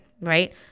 right